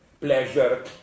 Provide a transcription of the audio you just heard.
pleasure